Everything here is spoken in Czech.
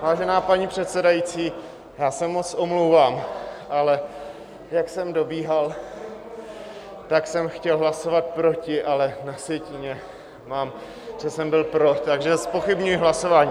Vážená paní předsedající, já se moc omlouvám, ale jak jsem dobíhal, tak jsem chtěl hlasovat proti, ale na sjetině mám, že jsem byl pro, takže zpochybňuji hlasování.